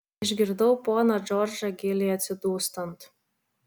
išgirdau poną džordžą giliai atsidūstant